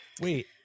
Wait